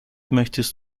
möchtest